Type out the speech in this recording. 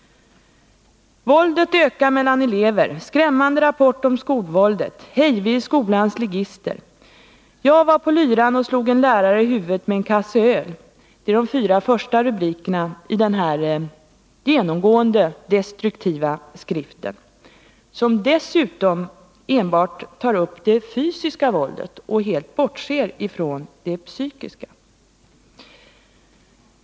”Våldet ökar mellan elever” — ”Skrämmande rapport om skolvåldet” — ”Hej! Vi är skolans ligister!” — ”Jag var på lyran och slog en lärare i huvet med en kasse öl” — så lyder de fyra första rubrikerna i den här genomgående destruktiva skriften, som dessutom tar upp enbart det fysiska våldet och helt bortser från det psykiska.